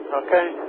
okay